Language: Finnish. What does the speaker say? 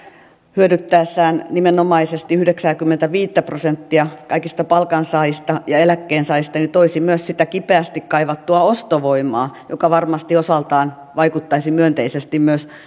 hyödyttäessään nimenomaisesti yhdeksääkymmentäviittä prosenttia kaikista palkansaajista ja eläkkeensaajista toisi myös sitä kipeästi kaivattua ostovoimaa joka varmasti osaltaan vaikuttaisi myönteisesti myös